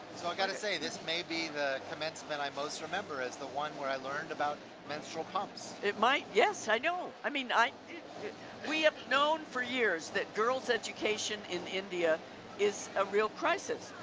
so i gotta say, this may be the commencement i most remember as the one where i learned about menstrual pumps. it might yes, i know, i mean we have known for years that girls' education in india is a real crisis.